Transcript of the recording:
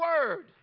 word